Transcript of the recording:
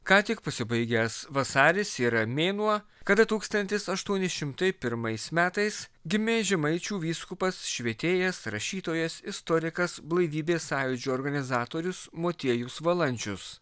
ką tik pasibaigęs vasaris yra mėnuo kada tūkstantis aštuoni šimtai pirmais metais gimė žemaičių vyskupas švietėjas rašytojas istorikas blaivybės sąjūdžio organizatorius motiejus valančius